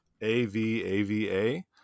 A-V-A-V-A